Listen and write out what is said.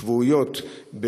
שעות שבועיות,